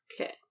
Okay